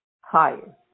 higher